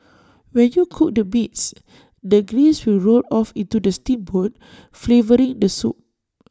when you cook the meats the grease will roll off into the steamboat flavouring the soup